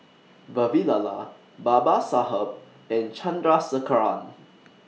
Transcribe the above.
Vavilala Babasaheb and Chandrasekaran